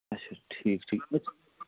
اچھا ٹھیٖک ٹھیٖک